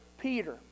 Peter